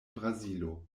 brazilo